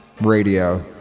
radio